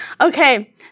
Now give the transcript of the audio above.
Okay